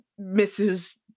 Mrs